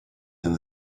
and